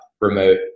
remote